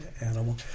animal